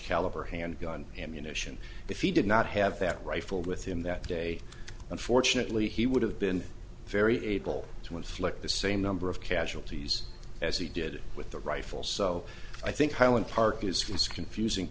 caliber handgun ammunition if he did not have that rifle with him that day unfortunately he would have been very able to inflict the same number of casualties as he did with the rifle so i think highland park is france confusing